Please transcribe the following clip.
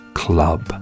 club